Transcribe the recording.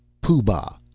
pooh-bah.